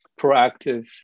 proactive